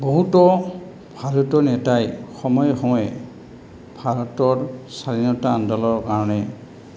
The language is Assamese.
বহুতো ভাৰতীয় নেতাই সময়ে সময়ে ভাৰতৰ স্বাধীনতা আন্দোলৰ কাৰণে